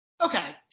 Okay